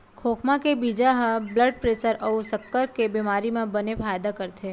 खोखमा के बीजा ह ब्लड प्रेसर अउ सक्कर के बेमारी म बने फायदा करथे